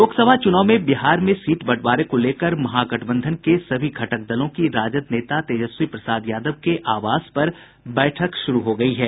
लोकसभा चूनाव में बिहार में सीट बंटवारे को लेकर महागठबंधन के सभी घटक दलों की राजद नेता तेजस्वी प्रसाद यादव के आवास पर बैठक शुरू हो गयी है